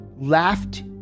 laughed